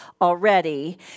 already